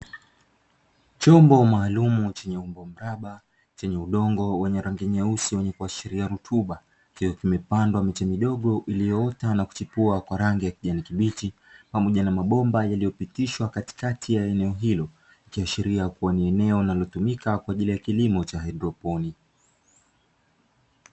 Chombo maalumu chenye umbo mraba chenye udongo mweusi kuashiria rutuba, kikiwa kimepandwa miche midogo iliyoota na kuchipua kwa rangi ya kijani kibichi pamoja na mabomba yaliyopitishwa katikati ya eneo hilo, ikiashiria kuwa ni eneo linalotumika kwa ajili ya kilimo cha haidroponi.